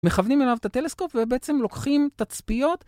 מכוונים אליו את הטלסקופ ובעצם לוקחים תצפיות.